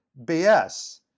BS